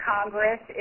Congress